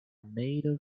made